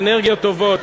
"אנרגיות טובות".